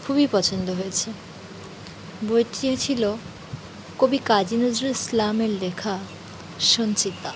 খুবই পছন্দ হয়েছে বইটি ছিলো কবি কাজী নজরুল ইসলামের লেখা সঞ্চিতা